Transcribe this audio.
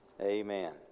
Amen